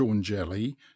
jelly